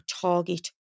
target